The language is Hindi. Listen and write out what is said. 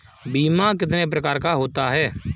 बीमा कितने प्रकार का होता है?